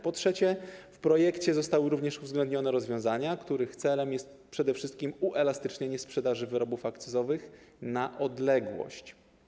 Po trzecie, w projekcie zostały również uwzględnione rozwiązania, których celem jest przede wszystkim uelastycznienie sprzedaży wyrobów akcyzowych na odległość.